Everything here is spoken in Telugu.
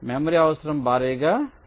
మెమరీ అవసరం భారీగా ఉంటుంది